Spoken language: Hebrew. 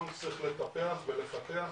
פעילות משותפת,